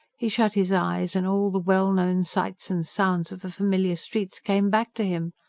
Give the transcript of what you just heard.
he shut his eyes, and all the well-known sights and sounds of the familiar streets came back to him.